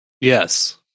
Yes